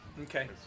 Okay